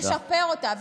לשפר אותה,